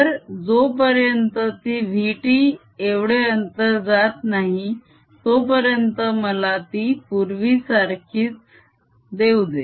तर जोपर्यंत ती vt एवढे अंतर जात नाही तोपर्यंत मला ती पूर्वीसारखीच देवू दे